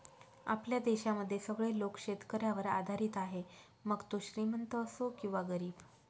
आपल्या देशामध्ये सगळे लोक शेतकऱ्यावर आधारित आहे, मग तो श्रीमंत असो किंवा गरीब